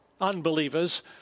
unbelievers